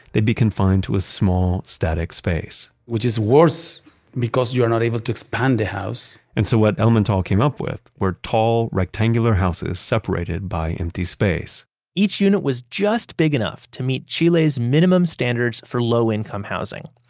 they'd be confined to a small static space which is worse because you are not able to expand the house and so what elemental came up with were tall, rectangular houses separated by empty space each unit was just big enough to meet chile's minimum standards for low-income housing.